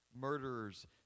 Murderers